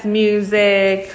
music